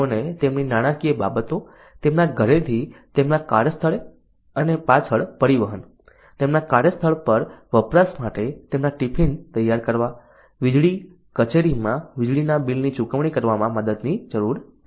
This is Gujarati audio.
તેઓને તેમની નાણાકીય બાબતો તેમના ઘરેથી તેમના કાર્યસ્થળે અને પાછળ પરિવહન તેમના કાર્યસ્થળ પર વપરાશ માટે તેમના ટિફિન તૈયાર કરવા વીજળી કચેરીમાં વીજળીના બિલની ચુકવણી વગેરેમાં મદદની જરૂર પડી શકે છે